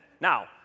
Now